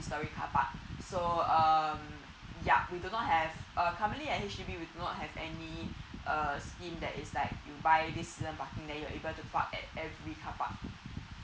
storey carpark so um yeah we do not have uh currently at H_D_B we do not have any uh scheme that is like you buy this season parking then you're able to park at every carpark